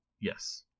Yes